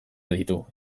ditu